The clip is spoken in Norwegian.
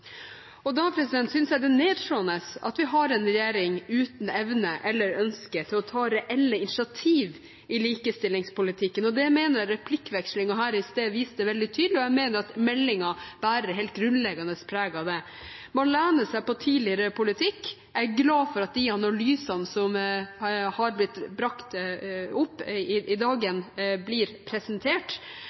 Da synes jeg det er nedslående at vi har en regjering uten evne til eller ønske om å ta reelle initiativ i likestillingspolitikken. Det mener jeg replikkvekslingen her i sted viste veldig tydelig, og jeg mener at meldingen bærer helt grunnleggende preg av det. Man lener seg på tidligere politikk. Jeg er glad for at de analysene som har blitt brakt opp i dagen, blir presentert,